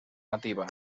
nativa